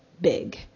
big